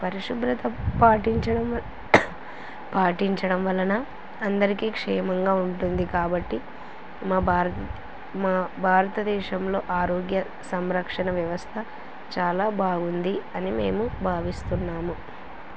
పరిశుభ్రత పాటించడం పాటించడం వలన అందరికీ క్షేమంగా ఉంటుంది కాబట్టి మా భారత్ మా భారతదేశంలో ఆరోగ్య సంరక్షణ వ్యవస్థ చాలా బాగుంది అని మేము భావిస్తున్నాము